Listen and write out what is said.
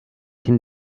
can